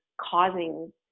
causing